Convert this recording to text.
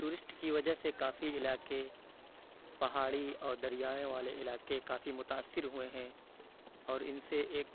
tourist کی وجہ سے کافی علاقے پہاڑی اور دریائے والے علاقے کافی متأثر ہوئے ہیں اور اِن سے ایک